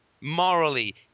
Morally